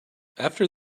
after